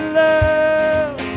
love